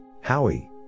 Howie